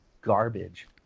garbage